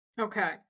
Okay